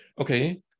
okay